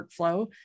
workflow